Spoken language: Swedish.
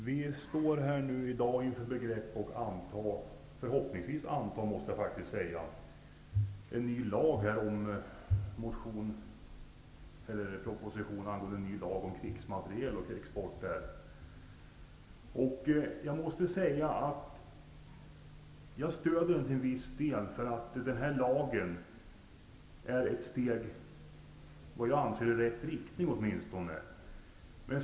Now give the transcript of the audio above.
Herr talman! Vi står nu i begrepp att anta -- förhoppningsvis måste jag faktiskt säga -- en ny lag om krigsmateriel och export av sådan. Jag stöder den föreslagna lagen till viss del, för jag anser att den är ett steg i rätt riktning åtminstone.